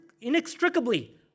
inextricably